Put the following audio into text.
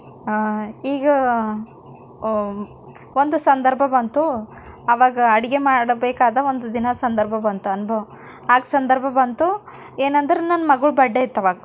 ಈಗ ಒಂದು ಸಂದರ್ಭ ಬಂತು ಆವಾಗ ಅಡುಗೆ ಮಾಡಬೇಕಾದ ಒಂದು ದಿನ ಸಂದರ್ಭ ಬಂತಂನ್ಬು ಆಗ ಸಂದರ್ಭ ಬಂತು ಏನೆಂದ್ರೆ ನನ್ನ ಮಗಳ ಬರ್ಡೇ ಇತ್ತವಾಗ